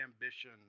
ambition